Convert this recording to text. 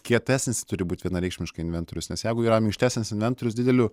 kietasis turi būti vienareikšmiškai inventorius nes jeigu yra minkštesnis mentorius dideliu